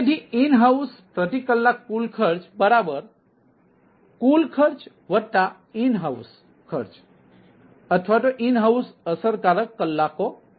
તેથી in house પ્રતિ કલાક કુલ ખર્ચ કુલ ખર્ચ ઈન હાઉસ અસરકારક કલાકો થશે